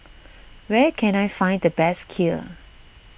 where can I find the best Kheer